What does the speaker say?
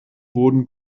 wurden